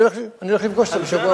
אני הולך לפגוש אותם בשבוע הבא.